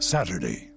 Saturday